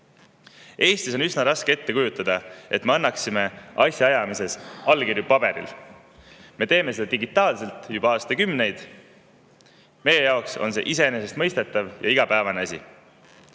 Eestis on üsna raske ette kujutada, et me annaksime asjaajamises allkirju paberil. Me teeme seda digitaalselt juba aastakümneid. Meie jaoks on see iseenesestmõistetav ja igapäevane asi.